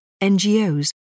NGOs